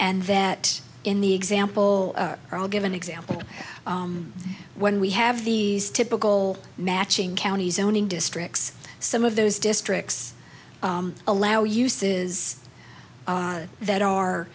and that in the example i'll give an example when we have these typical matching county zoning districts some of those districts allow uses that are